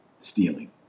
Stealing